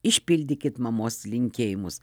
išpildykit mamos linkėjimus